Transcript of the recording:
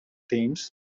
thames